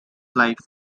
life